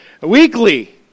Weekly